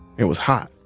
it was hot.